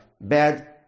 bad